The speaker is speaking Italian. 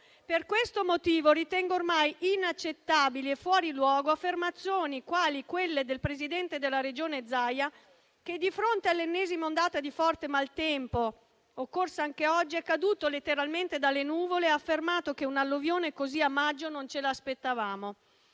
Per questo motivo ritengo ormai inaccettabili e fuori luogo affermazioni quali quelle del presidente della Regione Zaia che, di fronte all'ennesima ondata di forte maltempo occorso anche oggi, è caduto letteralmente dalle nuvole e ha affermato che: un'alluvione così a maggio non ce lo aspettavamo.